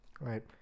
Right